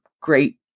great